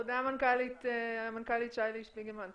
תודה למנכ"לית שי-לי שפיגלמן.